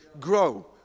Grow